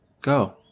Go